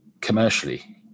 commercially